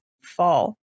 fall